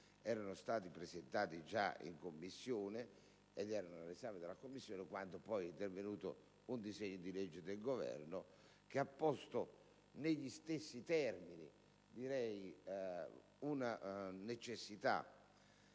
erano stati presentati ed erano all'esame della Commissione quando è intervenuto un disegno di legge del Governo che ha posto negli stessi termini una necessità